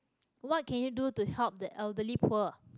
what can you do to help the elderly poor